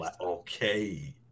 Okay